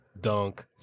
Dunk